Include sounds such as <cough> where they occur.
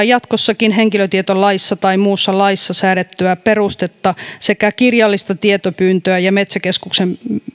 <unintelligible> jatkossakin henkilötietolaissa tai muussa laissa säädettyä perustetta sekä kirjallista tietopyyntöä ja metsäkeskuksen